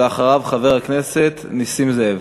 ואחריו חבר הכנסת נסים זאב.